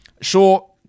Sure